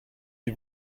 you